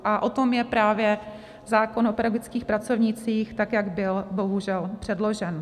A o tom je právě zákon o pedagogických pracovnících, tak jak byl bohužel předložen.